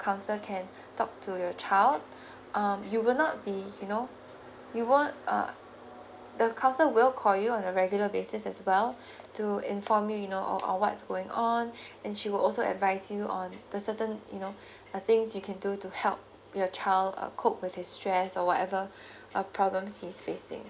counsellor can talk to your child um you will not be you know you won't uh the counsellor will call you on a regular basis as well to inform you you know on what's going on and she will also advise you on the certain you know uh things you can do to help your child uh cope with the stress or whatever uh problems he's facing